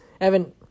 Evan